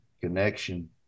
connection